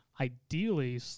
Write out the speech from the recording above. ideally